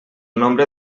nombre